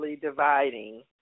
dividing